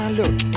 look